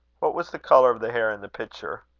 what was the colour of the hair in the picture?